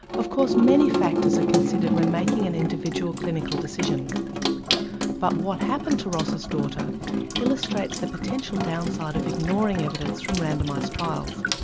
of course many factors are considered when making an individual clinical decision but what happened to ross's daughter illustrates the potential downside of ignoring evidence from randomised trials.